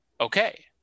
okay